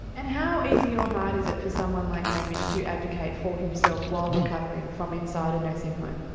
and how easy or hard is it for someone like hamish to advocate for himself while recovering from inside a nursing home?